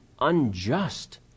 unjust